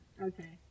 Okay